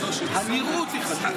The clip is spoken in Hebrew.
הנראות היא חשובה.